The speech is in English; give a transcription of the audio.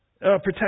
Protect